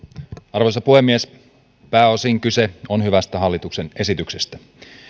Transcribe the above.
arvoisa puhemies pääosin kyse on hyvästä hallituksen esityksestä